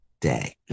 day